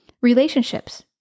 Relationships